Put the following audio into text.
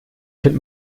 kind